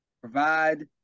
provide